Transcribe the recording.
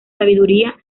sabiduría